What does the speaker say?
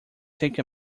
take